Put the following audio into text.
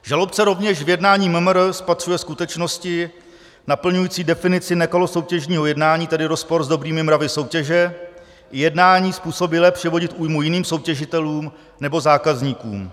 Žalobce rovněž v jednání MMR spatřuje skutečnosti naplňující definici nekalosoutěžního jednání, tedy rozpor s dobrými mravy soutěže, i jednání způsobilé přivodit újmu jiným soutěžitelům nebo zákazníkům.